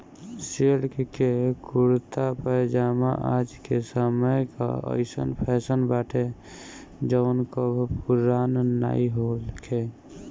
silk के kurta pyjama आज के समय कअ अइसन फैशन बाटे जवन कबो पुरान नाइ होई